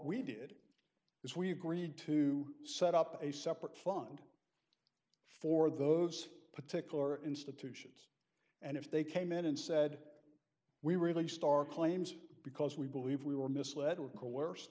we did is we agreed to set up a separate fund for those particular institution and if they came in and said we released our claims because we believe we were misled or